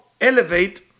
elevate